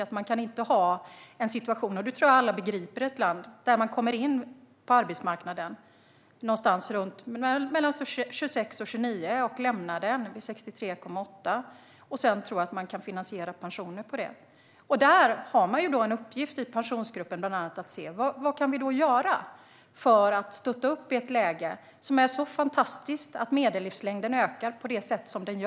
Jag tror att alla begriper att man inte kan ha en situation i ett land där människor kommer in på arbetsmarknaden någonstans mellan 26 och 29 års ålder och lämnar den vid 63,8 års ålder och sedan tro att man kan finansiera pensioner på det. Där, bland annat, har Pensionsgruppen en uppgift. Vi ska se vad vi kan göra för att stötta upp i ett läge som är så fantastiskt att medellivslängden ökar på det sätt den gör i Sverige.